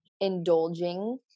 indulging